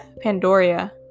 Pandora